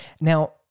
Now